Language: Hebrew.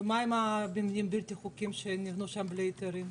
ומה עם המבנים הבלתי-חוקיים שנבנו שם בלי היתרים?